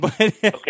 Okay